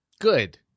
Good